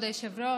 כבוד היושב-ראש,